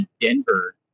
Denver